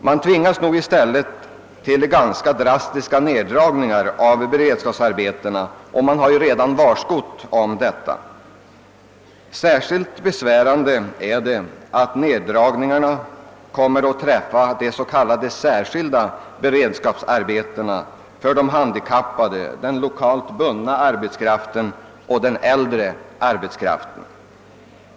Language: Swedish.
Man tvingas under sådana förhållanden till ganska drastiska neddragningar av beredskapsarbetena — det har ju redan varskotts därom. Särskilt besvärande är att neddragningarna kommer att träffa de s.k. särskilda beredskapsarbetena för de handikappade, den lokalt bundna arbetskraften och den äldre arbetskraften.